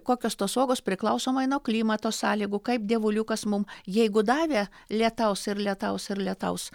kokios tos uogos priklausomai nuo klimato sąlygų kaip dievuliukas mum jeigu davė lietaus ir lietaus ir lietaus